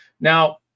Now